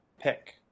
pick